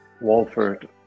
Walford